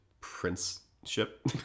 prince-ship